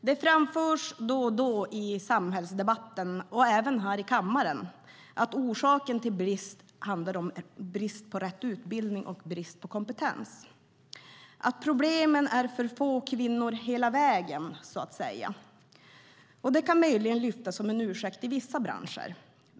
Det framförs då och då i samhällsdebatten och även här i kammaren att orsaken är brist på rätt utbildning och brist på kompetens och att problemet är för få kvinnor hela vägen, så att säga. Det kan möjligen lyftas fram som en ursäkt i vissa branscher.